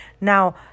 now